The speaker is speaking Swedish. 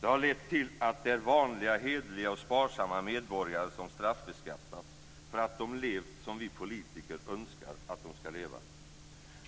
Det har lett till att det är vanliga hederliga och sparsamma medborgare som straffbeskattas därför att de levt som vi politiker önskar att de ska leva.